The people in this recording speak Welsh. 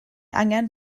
angen